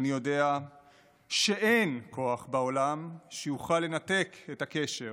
אני יודע שאין כוח בעולם שיוכל לנתק את הקשר